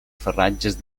ferratges